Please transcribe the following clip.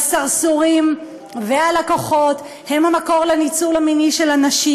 והסרסורים והלקוחות הם המקור לניצול המיני של הנשים.